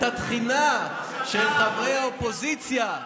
את התחינה, של חברי האופוזיציה: